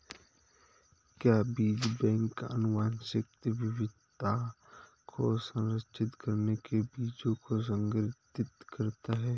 एक बीज बैंक आनुवंशिक विविधता को संरक्षित करने के लिए बीजों को संग्रहीत करता है